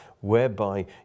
whereby